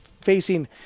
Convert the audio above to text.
facing